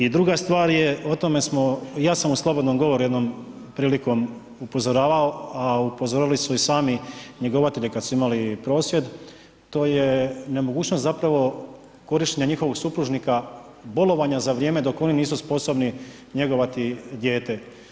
I druga stvar je, o tome smo, ja sam u slobodnom govoru jednom prilikom upozoravao, a upozorili su i sami njegovatelji kad su imali prosvjed, to je nemogućnost zapravo korištenja njihovog supružnika bolovanja za vrijeme dok oni nisu sposobni njegovati dijete.